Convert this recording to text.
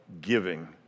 giving